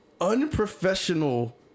unprofessional